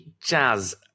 Jazz